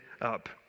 up